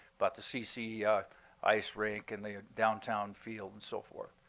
but the cc ice rink and the downtown field and so forth.